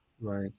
right